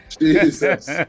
jesus